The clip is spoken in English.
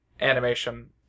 animation